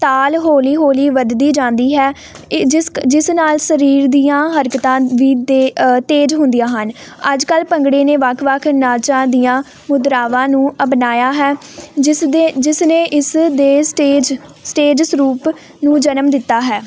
ਤਾਲ ਹੌਲੀ ਹੌਲੀ ਵਧਦੀ ਜਾਂਦੀ ਹੈ ਜਿਸ ਜਿਸ ਨਾਲ ਸਰੀਰ ਦੀਆਂ ਹਰਕਤਾਂ ਵੀ ਦੇ ਤੇਜ਼ ਹੁੰਦੀਆਂ ਹਨ ਅੱਜ ਕੱਲ੍ਹ ਭੰਗੜੇ ਨੇ ਵੱਖ ਵੱਖ ਨਾਚਾਂ ਦੀਆਂ ਮੁਦਰਾਵਾਂ ਨੂੰ ਅਪਣਾਇਆ ਹੈ ਜਿਸਦੇ ਜਿਸ ਨੇ ਇਸ ਦੇ ਸਟੇਜ ਸਟੇਜ ਸਰੂਪ ਨੂੰ ਜਨਮ ਦਿੱਤਾ ਹੈ